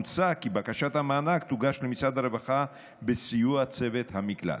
מוצע כי בקשת המענק תוגש למשרד הרווחה בסיוע צוות המקלט.